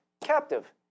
captive